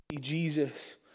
Jesus